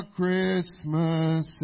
Christmas